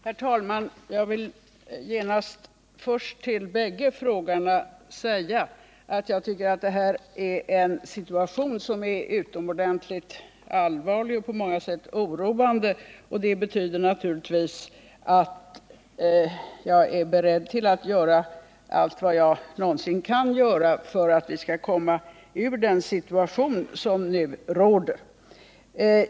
Herr talman! Jag vill genast till bägge frågeställarna först säga att jag tycker att den situation som nu råder är utomordentligt allvarlig och på många sätt oroande. Det betyder naturligtvis att jag är beredd att göra allt vad jag kan för att vi skall komma till rätta med denna situation.